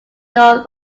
north